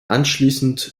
anschließend